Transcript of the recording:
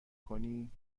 کنی